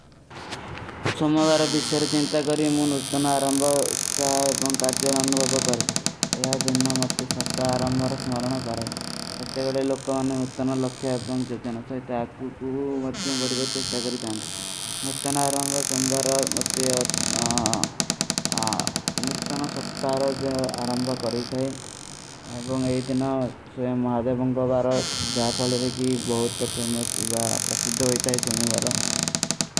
ସୋମବର ବିଶର ଦିନ୍ତା କର ଇମୂ ନୂଟନା ଆରଂବା ସଚ ଉପନ କାଜ୍ଯା ଲନନଵର୍ବ କରା। ଯହ ଦିନ ମତେ ସଭତାଆରଂବର ସମରନ କରା। ଫୈସେ ଲୋକୋ ବାନେ ନୂଟନା ଲଖିଯା ପଂଛୁଛଣ ସହତା ନସେ। ତୂ ଓଂମର ଟ୍ଯାମ ବଡିବଡା ନିଟା କରେ। ମୁଝେ ନୁକ୍ତନା ସକ୍ତାରାଜ ଆରାଂବା କରୀ ଥାଈ ଏକ ଦିନ ସୋଯ ମହାଦେ ବଂଗ ବାରା ଜା ପଲେ ରହୀ ବହୁତ ପ୍ରସିଦ୍ଧ ହୋ ହୀ ଥାଈ ସୁମ୍ମୀ ବାରା।